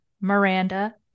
Miranda